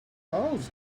clouds